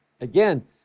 Again